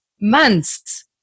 months